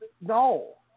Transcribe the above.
no